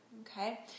okay